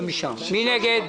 מי נגד?